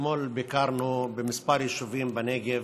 אתמול ביקרנו בכמה יישובים בנגב,